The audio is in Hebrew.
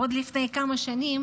עד לפני כמה שנים